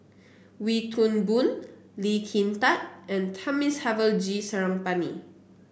Wee Toon Boon Lee Kin Tat and Thamizhavel G Sarangapani